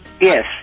Yes